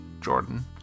Jordan